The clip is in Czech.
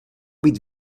být